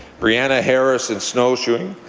brianna harris in snowshoeing.